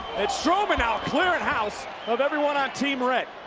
and strowman now clearing house of everyone on team red.